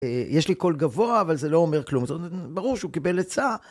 יש לי קול גבוה, אבל זה לא אומר כלום, ברור שהוא קיבל עצה.